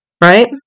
Right